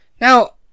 Now